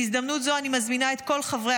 בהזדמנות זו אני מזמינה את כל חברי